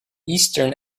eastern